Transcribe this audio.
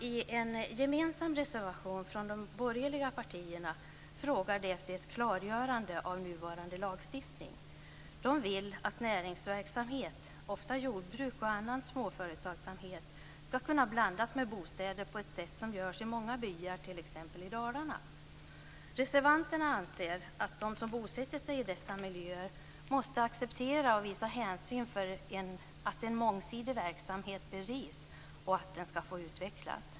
I en gemensam reservation från de borgerliga partierna frågar man efter ett klargörande av nuvarande lagstiftning. Man vill att näringsverksamhet, ofta jordbruk och annan småföretagsamhet, ska kunna blandas med bostäder på det sätt som görs i många byar t.ex. i Dalarna. Reservanterna anser att de som bosätter sig i dessa miljöer måste acceptera och visa hänsyn för att en mångsidig verksamhet bedrivs och får utvecklas.